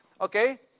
Okay